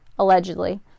allegedly